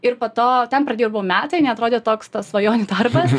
ir po to ten pradirbau metai neatrodė toks tas svajonių darbas